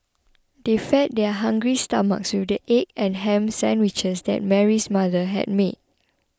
they fed their hungry stomachs with the egg and ham sandwiches that Mary's mother had made